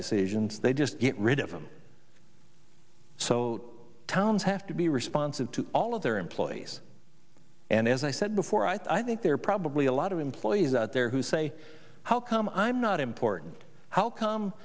decisions they just get rid of them so towns have to be responsive to all of their employees and as i said before i think there are probably a lot of employees out there who say how come i'm not important how come